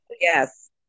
Yes